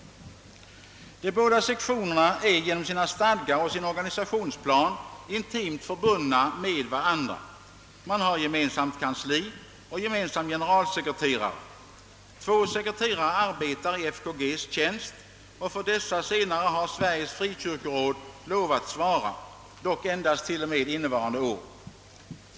De båda sektionerna är genom sina stadgar och sin organisationsplan intimt förbundna med varandra. Man har gemensamt kansli och gemensam generalsekreterare. Två sekreterare arbetar i FKG:s tjänst, och för dessa har Sveriges frikyrkoråd lovat svara, dock endast t.o.m. innevarande år.